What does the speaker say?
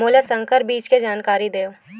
मोला संकर बीज के जानकारी देवो?